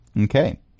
Okay